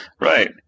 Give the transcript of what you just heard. Right